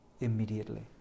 immediately